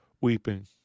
weeping